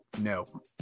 No